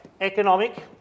economic